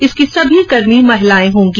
इसकी सभी कर्मी महिलाएं होंगी